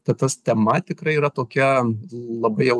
tai tas tema tikrai yra tokia labai jau